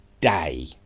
day